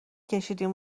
کشیدیم